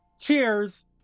Cheers